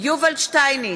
יובל שטייניץ,